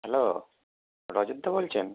hello রজতদা বলছেন